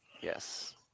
Yes